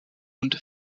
und